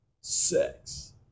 Sex